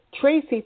Tracy